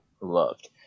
loved